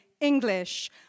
English